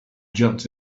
jumped